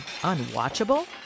unwatchable